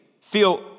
feel